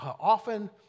often